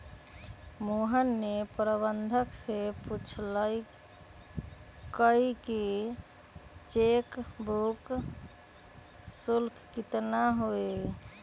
मोहन ने प्रबंधक से पूछल कई कि चेक बुक शुल्क कितना हई?